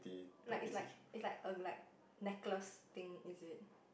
like its like its like like a like a necklace thing is it